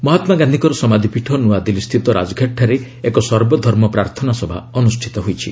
ମହାତ୍ମାଗାନ୍ଧିଙ୍କର ସମାଧିପୀଠ ନୂଆଦିଲ୍ଲୀସ୍ଥିତ ରାଜଘାଟଠାରେ ଏକ ସର୍ବଧର୍ମ ପ୍ରାର୍ଥନା ସଭା ଅନୁଷ୍ଠିତ ହୋଇଛି